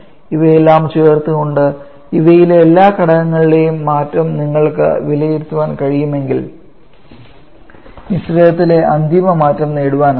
ഇവയെല്ലാം ചേർത്തുകൊണ്ട് ഇവയിലെ എല്ലാ ഘടകങ്ങളിലെയും മാറ്റം നിങ്ങൾക്ക് വിലയിരുത്താൻ കഴിയുമെങ്കിൽ മിശ്രിതത്തിലെ അന്തിമ മാറ്റം നേടാനാകും